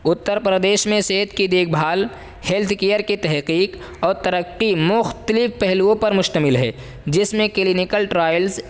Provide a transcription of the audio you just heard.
اترپردیش میں صحت کی دیکھ بھال ہیلتھ کیئر کی تحقیق اور ترقی مختلف پہلوؤں پر مشتمل ہے جس میں کلینکل ٹرائلز